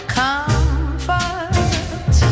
comfort